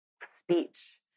speech